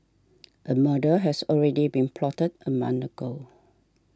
a murder has already been plotted a month ago